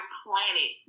planet